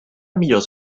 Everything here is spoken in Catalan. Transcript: millors